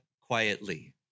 quietly